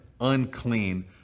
unclean